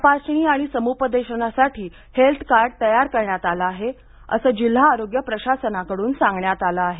तपासणी आणि समुपदेशनासाठी हेल्थ कार्ड तयार करण्यात आलं आहे असं जिल्हा आरोग्य प्रशासनाकडून सांगण्यात आलं आहे